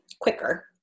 quicker